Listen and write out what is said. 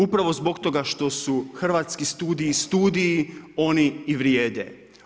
Upravo zbog toga što su hrvatski studiji, studiji, one i vrijede.